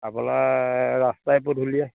আপোনাৰ ৰাস্তাই পদূলিয়ে